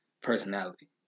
personality